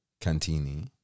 Cantini